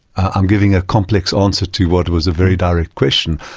i'm giving a complex answer to what was a very direct question,